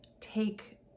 take